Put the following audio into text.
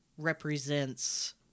Represents